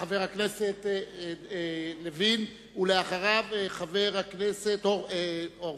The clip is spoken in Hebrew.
חבר הכנסת לוין, ואחריו, חבר הכנסת הורוביץ.